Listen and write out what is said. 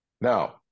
Now